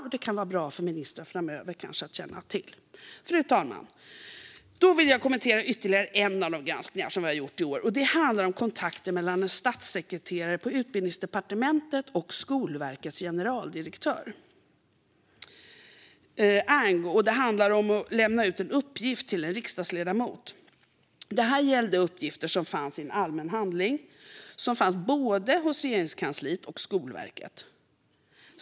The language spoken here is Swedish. Det kan kanske vara bra för ministrar framöver att känna till detta. Fru talman! Jag vill kommentera ytterligare en av de granskningar som vi har gjort i år, och det handlar om kontakter mellan en statssekreterare på Utbildningsdepartementet och Skolverkets generaldirektör. Ärendet handlade om att lämna ut uppgifter till en riksdagsledamot. Det gällde uppgifter som fanns i en allmän handling som fanns både hos Regeringskansliet och hos Skolverket.